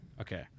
okay